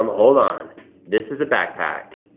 um hold on this is a backpack.